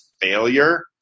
failure